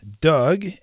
Doug